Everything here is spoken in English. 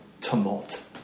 tumult